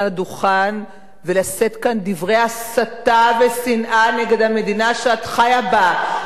על הדוכן ולשאת כאן דברי הסתה ושנאה נגד המדינה שאת חיה בה?